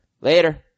Later